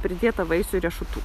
pridėta vaisių ir riešutų